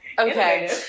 Okay